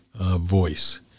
voice